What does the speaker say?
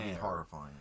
horrifying